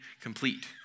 complete